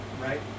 right